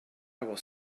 was